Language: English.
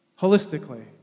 holistically